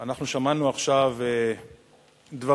אנחנו שמענו עכשיו דברים